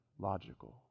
logical